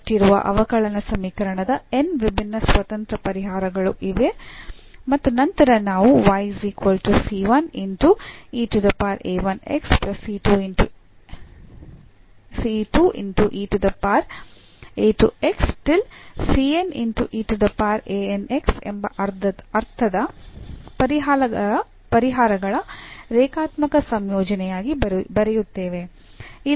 ಕೊಟ್ಟಿರುವ ಅವಕಲನ ಸಮೀಕರಣದ n ವಿಭಿನ್ನ ಸ್ವತಂತ್ರ ಪರಿಹಾರಗಳು ಇವೆ ಮತ್ತು ನಂತರ ನಾವು ಎಂಬ ಅರ್ಥದ ಪರಿಹಾರಗಳ ರೇಖಾತ್ಮಕ ಸಂಯೋಜನೆಯಾಗಿ ಬರೆಯುತ್ತೇವೆ